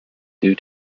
due